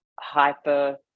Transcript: hyper